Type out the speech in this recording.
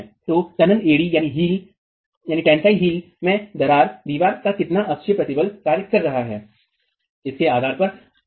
तो तनन एड़ी में दरार दीवार पर कितना अक्षीय प्रतिबल कार्य कर रहा है इसके आधार पर हो सकता है